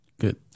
good